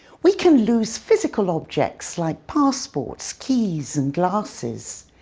we can lose physical objects like passports, keys and glasses.